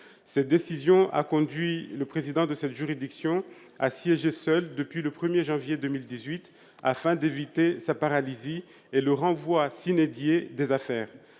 Cette décision a conduit le président de cette juridiction à siéger seul, depuis le 1 janvier 2018, afin d'éviter la paralysie du tribunal et le renvoi des affaires